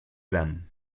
them